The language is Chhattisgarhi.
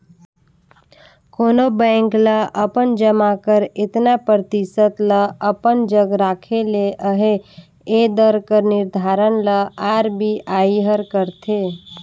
कोनो बेंक ल अपन जमा कर एतना परतिसत ल अपन जग राखे ले अहे ए दर कर निरधारन ल आर.बी.आई हर करथे